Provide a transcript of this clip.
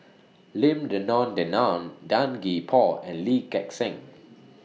Lim Denan Denon Tan Gee Paw and Lee Gek Seng